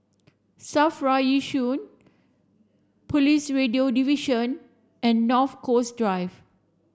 SAFRA Yishun Police Radio Division and North Coast Drive